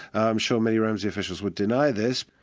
i'm sure many ramsi officials would deny this.